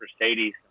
Mercedes